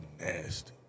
nasty